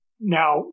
Now